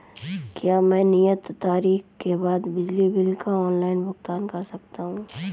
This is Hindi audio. क्या मैं नियत तारीख के बाद बिजली बिल का ऑनलाइन भुगतान कर सकता हूं?